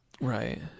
Right